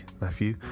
Matthew